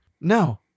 No